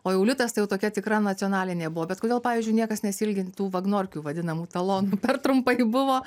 o jau litas tai jau tokia tikra nacionalinė buvo bet kodėl pavyzdžiui niekas nesiilgi tų vagnorkių vadinamų talonų per trumpai buvo